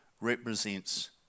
represents